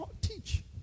teach